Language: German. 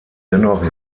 dennoch